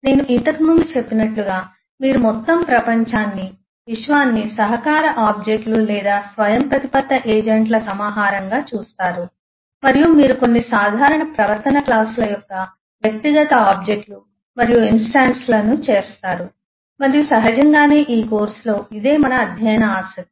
నేను ఇంతకు ముందు చెప్పినట్లుగా మీరు మొత్తం ప్రపంచాన్ని విశ్వాన్ని సహకార ఆబ్జెక్ట్ లు లేదా స్వయంప్రతిపత్త ఏజెంట్ల సమాహారంగా చూస్తారు మరియు మీరు కొన్ని సాధారణ ప్రవర్తన క్లాసుల యొక్క వ్యక్తిగత ఆబ్జెక్ట్ లు మరియు ఇన్స్టాన్స్ లను చేస్తారు మరియు సహజంగానే ఈ కోర్సులో ఇదే మన అధ్యయన ఆసక్తి